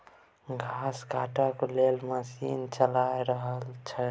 घास काटय लेल मशीन चला रहल छै